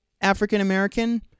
African-American